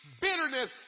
Bitterness